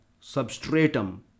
substratum